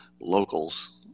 Locals